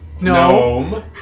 No